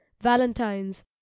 valentines